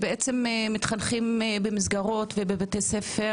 הם בעצם מתחנכים במסגרות ובבתי ספר